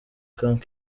camp